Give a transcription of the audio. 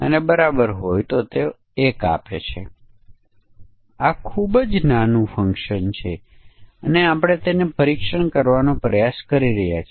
ઉદાહરણ તરીકે આપણે કહ્યું હતું કે URL http https ftp કે file દ્વારા નિર્દિષ્ટ કરેલ છે તેના આધારે સમકક્ષ વર્ગોના બહુવિધ કલ્પનાઓ છે